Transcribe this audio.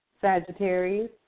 Sagittarius